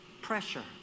pressure